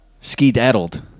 Ski-daddled